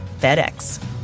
FedEx